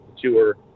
tour